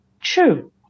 True